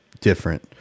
different